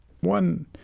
One